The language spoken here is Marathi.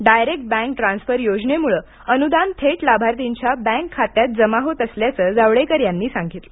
डायरेक्ट बँक ट्रान्सफर योजनेमुळं अनुदान थेट लाभार्थींच्या बँक खात्यात जमा होत असल्याचं जावडेकर यांनी सांगितलं